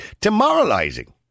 demoralizing